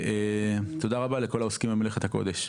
ותודה רבה לכל העוסקים במלאכת הקודש.